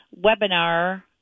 webinar